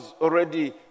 already